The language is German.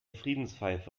friedenspfeife